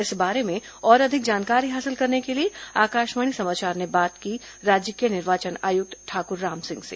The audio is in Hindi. इस बारे में और अधिक जानकारी हासिल करने के लिए आकाशवाणी समाचार ने बात की राज्य के निर्वाचन आयुक्त ठाकुर राम सिंह से